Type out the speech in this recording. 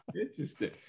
Interesting